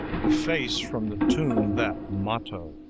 efface from the tomb that motto,